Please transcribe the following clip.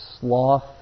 sloth